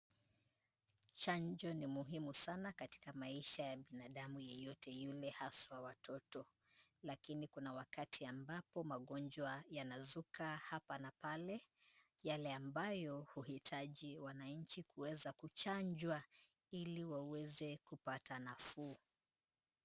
Chanjo ni muhimu sana katika maisha ya binadamu yeyote yule haswa watoto, lakini kuna wakati ambapo magonjwa yanazuka hapa na pale, yale ambayo huhitaji wananchi kuweza kuchanjwa ili waweze kupata nafuu.